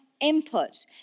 input